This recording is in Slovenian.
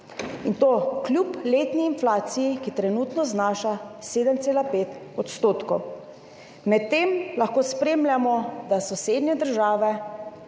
in to kljub letni inflaciji, ki trenutno znaša 7,5 %. Medtem lahko spremljamo, da sosednje države